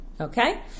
Okay